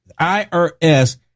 IRS